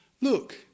look